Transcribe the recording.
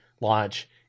launch